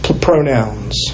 pronouns